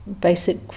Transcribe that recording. basic